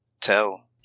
tell